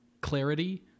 clarity